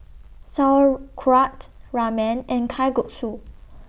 Sauerkraut Ramen and Kalguksu